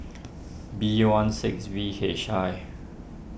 B one six V H I